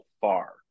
far